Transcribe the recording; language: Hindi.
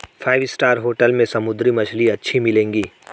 फाइव स्टार होटल में समुद्री मछली अच्छी मिलेंगी